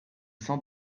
s’en